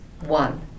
one